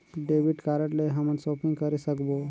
Debit card ले हमन shopping करे सकबो?